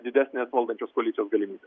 didesnės valdančios koalicijos galimybė